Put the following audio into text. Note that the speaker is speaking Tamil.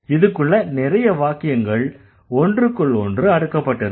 இதுக்குள்ள நிறைய வாக்கியங்கள் ஒன்றுக்குள் ஒன்று அடுக்கப்பட்டிருக்கு